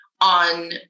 on